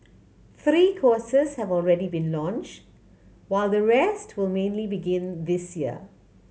three courses have already been launched while the rest will mainly begin this year